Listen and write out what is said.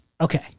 Okay